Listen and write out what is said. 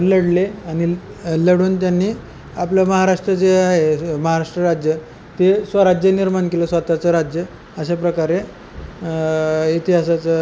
लढले आणि लढून त्यांनी आपलं महाराष्ट्र जे आहे महाराष्ट्र राज्य ते स्वराज्य निर्माण केलं स्वतःचं राज्य अशा प्रकारे इतिहासाचं